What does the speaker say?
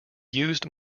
used